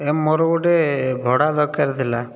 ଏ ମୋର ଗୋଟିଏ ଭଡ଼ା ଦରକାର ଥିଲା